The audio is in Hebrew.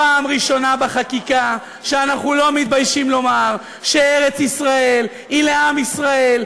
פעם ראשונה בחקיקה שאנחנו לא מתביישים לומר שארץ-ישראל היא לעם ישראל,